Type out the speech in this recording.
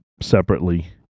separately